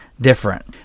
different